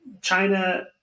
China